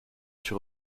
sur